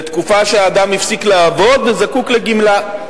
לתקופה שהאדם הפסיק לעבוד וזקוק לגמלה.